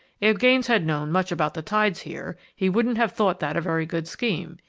if gaines had known much about the tides here, he wouldn't have thought that a very good scheme.